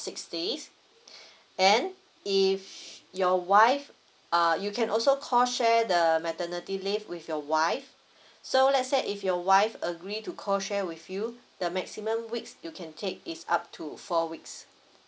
six days then if your wife err you can also co share the maternity leave with your wife so let's say if your wife agree to co share with you the maximum weeks you can take is up to four weeks